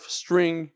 string